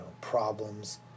problems